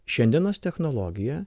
šiandienos technologija